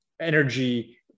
energy